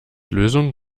lösung